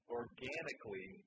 organically